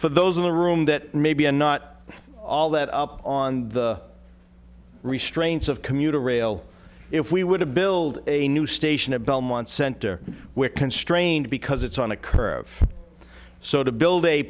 for those in the room that maybe are not all that up on the restraints of commuter rail if we would have build a new station at belmont center where constrained because it's on a curve so to build a